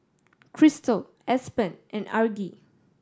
Kristal Aspen and Argie